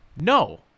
no